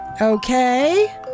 Okay